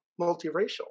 multiracial